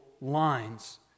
lines